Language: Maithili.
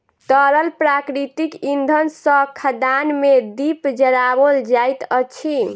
तरल प्राकृतिक इंधन सॅ खदान मे दीप जराओल जाइत अछि